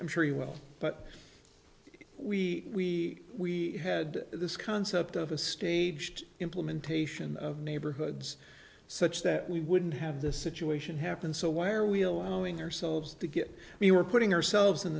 i'm sure you will but if we had this concept of a staged implementation of neighborhoods such that we wouldn't have the situation happened so why are we allowing ourselves to get we were putting ourselves in